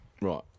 Right